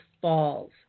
falls